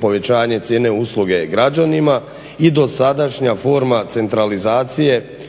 povećanja cijene usluge građanima i dosadašnja forma centralizacije